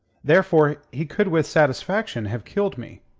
therefore he could with satisfaction have killed me.